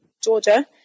Georgia